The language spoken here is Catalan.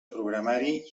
programari